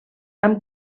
amb